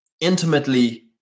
intimately